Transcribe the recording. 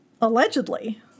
allegedly